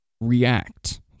react